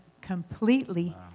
completely